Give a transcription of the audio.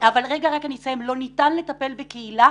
לא ניתן לטפל בקהילה